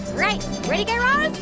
right. ready, guy raz?